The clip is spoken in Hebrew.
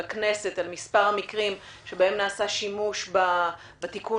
לכנסת על מספר המקרים בהם נעשה שימוש בתיקון